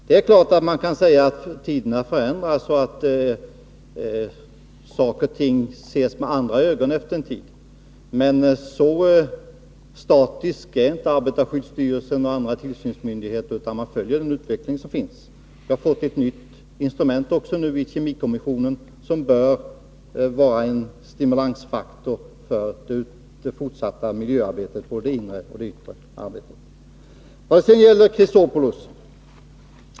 Det är klart att man kan säga att tiderna förändras och att saker och ting ses med andra ögon efter en tid, men så statisk är inte arbetarskyddsstyrelsen och andra tillsynsmyndigheter att de inte följer den utveckling som äger rum. Vi har nu också fått ett nytt instrument i kemikommissionen, som bör vara en stimulansfaktor för miljöarbetet i fråga om både den inre och den yttre miljön.